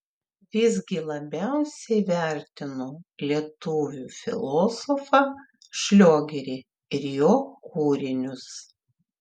visgi labiausiai vertinu lietuvių filosofą šliogerį ir jo kūrinius